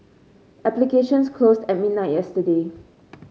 applications closed at midnight yesterday